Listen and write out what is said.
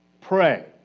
pray